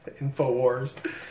Infowars